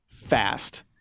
Fast